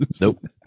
Nope